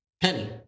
penny